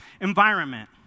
Environment